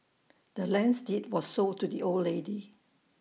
the land's deed was sold to the old lady